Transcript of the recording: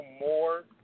more